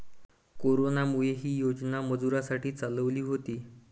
कोरोनामुळे, ही योजना मजुरांसाठी चालवली होती